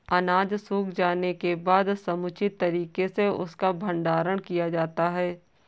अनाज सूख जाने के बाद समुचित तरीके से उसका भंडारण किया जाता है